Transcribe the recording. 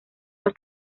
los